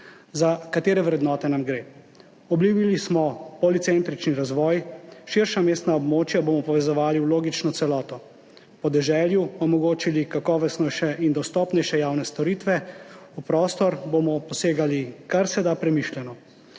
katere nam gre? Obljubili smo policentrični razvoj, širša mestna območja bomo povezovali v logično celoto, podeželju omogočili kakovostnejše in dostopnejše javne storitve, v prostor bomo posegali karseda premišljeno.